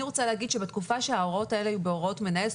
אני רוצה להגיד שבתקופה שההוראות האלה היו בהוראות מנהל,